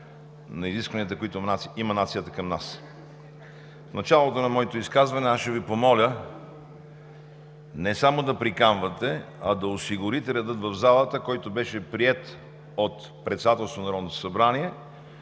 на изискванията, които има нацията към нас. В началото на моето изказване аз ще Ви помоля не само да приканвате, а да осигурите реда в залата, който беше приет от Председателството на Народното събрание,